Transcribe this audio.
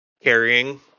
carrying